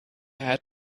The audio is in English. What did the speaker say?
had